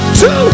two